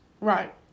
Right